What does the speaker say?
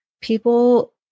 People